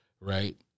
right